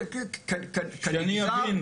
שאני אבין.